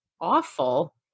awful